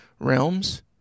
realms